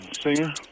singer